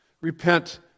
Repent